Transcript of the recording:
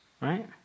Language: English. right